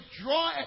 draw